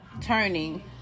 turning